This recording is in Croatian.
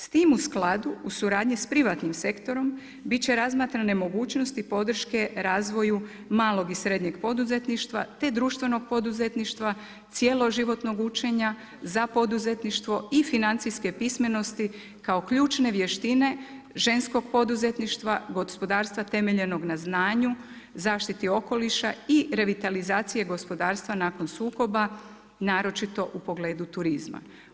S tim u skladu, u suradnji s privatnim sektorom, biti će razmatrane mogućnosti podrške razvoju malog i srednjeg poduzetništva, te društvenog poduzetništva, cijelo životnog učenja za poduzetništvo i financijske pismenosti, kao ključne vještine ženskog poduzetništva, gospodarstva, temeljenog na znanju, zaštiti okoliša i revitalizacije gospodarstva nakon sukoba, naročito u pogledu turizma.